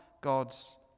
God's